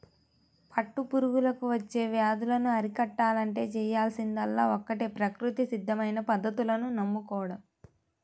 పట్టు పురుగులకు వచ్చే వ్యాధులను అరికట్టాలంటే చేయాల్సిందల్లా ఒక్కటే ప్రకృతి సిద్ధమైన పద్ధతులను నమ్ముకోడం